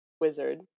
wizard